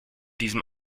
diesem